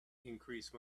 increase